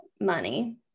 money